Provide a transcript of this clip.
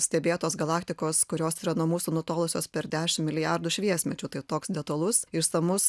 stebėtos galaktikos kurios yra nuo mūsų nutolusios per dešim milijardų šviesmečių tai toks detalus išsamus